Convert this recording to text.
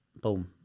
boom